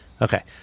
Okay